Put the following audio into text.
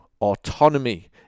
Autonomy